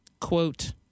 quote